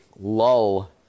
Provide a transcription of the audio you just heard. lull